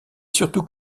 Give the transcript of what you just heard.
surtout